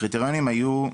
הקריטריונים היו,